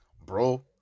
bro